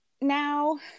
now